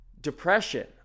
depression